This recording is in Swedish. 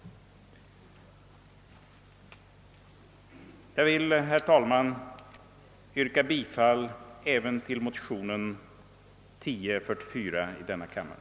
Jag ber, herr talman, att få yrka bifall till motion 1044 i denna kammare.